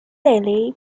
daily